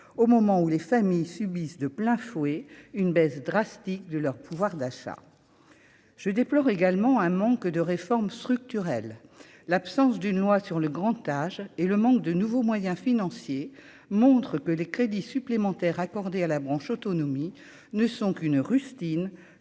au moment où les familles subissent de plein fouet une baisse drastique de leur pouvoir d'achat, je déplore également un manque de réformes structurelles, l'absence d'une loi sur le grand âge et le manque de nouveaux moyens financiers montrent que les crédits supplémentaires accordés à la branche autonomie ne sont qu'une rustine